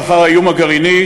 לאחר האיום הגרעיני,